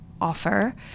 offer